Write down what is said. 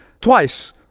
twice